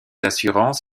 assurances